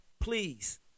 please